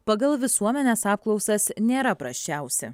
pagal visuomenės apklausas nėra prasčiausi